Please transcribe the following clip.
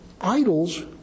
idols